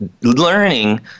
learning